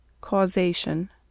Causation